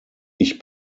ich